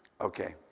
Okay